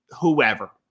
whoever